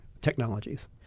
technologies